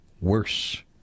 worse